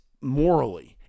morally